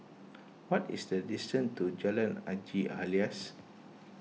what is the distance to Jalan Haji Alias